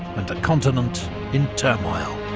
and a continent in turmoil.